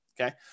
okay